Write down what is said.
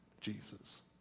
Jesus